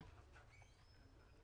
שלהן.